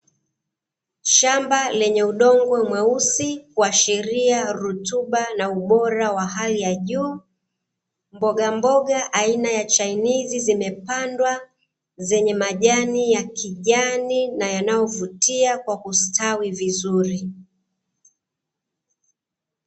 Shamba lenye udongo mweusi kuashiria rutuba na ubora wa hali ya juu, mbogamboga aina ya chainizi zimepandwa zenye maji ya kijani na yanayovutia kwa kustawi vizuri.